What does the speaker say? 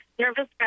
nervous